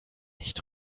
nicht